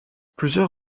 plusieurs